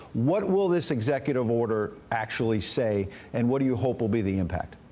what will this executive order actually say and what do you hope will be the impact?